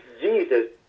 Jesus